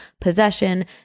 possession